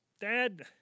dad